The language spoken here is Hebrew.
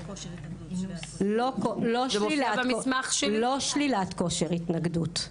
לא שלילת כושר התנגדות.